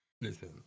listen